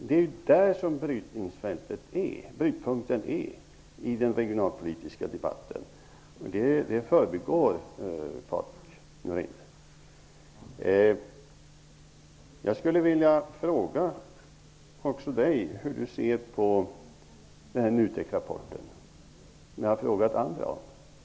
Det är där brytpunkten i den regionalpolitiska debatten finns. Detta förbigår Jag skulle vilja fråga också Patrik Norinder hur han ser på den NUTEK-rapport som jag har frågat andra om.